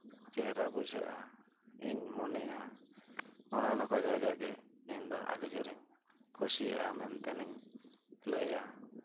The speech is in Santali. ᱪᱮᱦᱨᱟ ᱵᱩᱡᱷᱟᱹᱜᱼᱟ ᱤᱧ ᱢᱚᱱᱮᱭᱟ ᱚᱱᱮ ᱚᱱᱟ ᱠᱚ ᱡᱟᱭᱜᱟ ᱜᱮ ᱤᱧ ᱫᱚ ᱟᱹᱰᱤ ᱡᱳᱨᱮᱧ ᱠᱩᱥᱤᱭᱟᱜᱼᱟ ᱢᱮᱱᱛᱮᱱ ᱤᱧ ᱞᱟᱹᱭᱟ